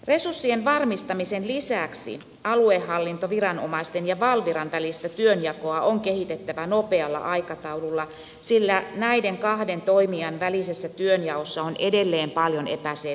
resurssien varmistamisen lisäksi aluehallintoviranomaisten ja valviran välistä työnjakoa on kehitettävä nopealla aikataululla sillä näiden kahden toimijan välisessä työnjaossa on edelleen paljon epäselvyyksiä